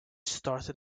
started